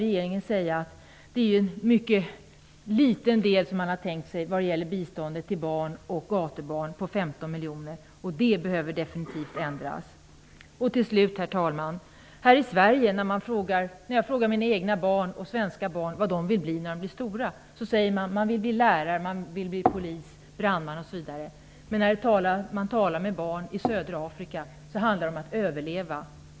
Regeringen vill bara ge en mycket liten del i bistånd till barn och gatubarn, nämligen 15 miljoner, och det behöver definitivt ändras. Herr talman! När jag frågar mina egna barn och andra svenska barn vad de vill bli när de blir stora, svarar de lärare, polis, brandman osv., men för barn i södra Afrika handlar det om att överleva.